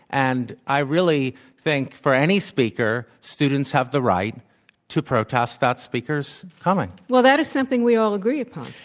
and i really think, for any speaker, students have the right to protest that speaker's coming. well, that is something we all agree upon.